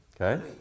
Okay